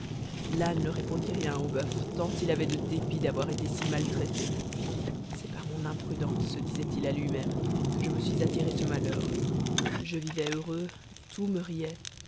l'âne ne répondit rien au boeuf tant il avait de dépit d'avoir été si maltraité c'est par mon imprudence se disait-il à lui-même que je me suis attiré ce malheur je vivais heureux tout me riait